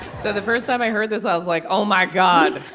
so the first time i heard this, i was like, oh, my god.